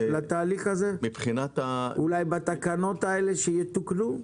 אולי בתקנות האלה שיתוקנו?